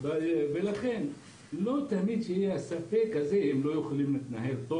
שלא תמיד יהיה ספק שהם לא יכולים להתנהל טוב.